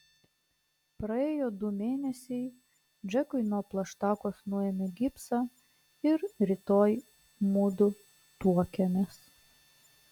praėjo du mėnesiai džekui nuo plaštakos nuėmė gipsą ir rytoj mudu tuokiamės